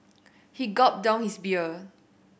he gulped down his beer